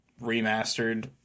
remastered